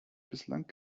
bislang